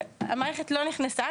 המערכת לא נכנסה.